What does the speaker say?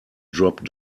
dropped